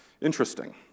interesting